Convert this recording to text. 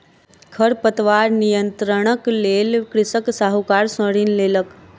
खरपतवार नियंत्रणक लेल कृषक साहूकार सॅ ऋण लेलक